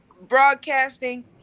broadcasting